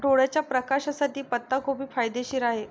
डोळ्याच्या प्रकाशासाठी पत्ताकोबी फायदेशीर आहे